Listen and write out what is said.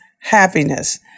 happiness